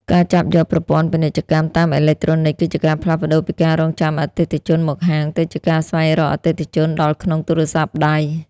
ការចាប់យក ប្រព័ន្ធពាណិជ្ជកម្មតាមអេឡិចត្រូនិក គឺជាការផ្លាស់ប្តូរពីការរង់ចាំអតិថិជនមកហាង ទៅជាការស្វែងរកអតិថិជនដល់ក្នុងទូរស័ព្ទដៃ។